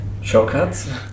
shortcuts